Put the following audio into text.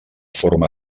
forma